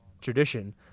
tradition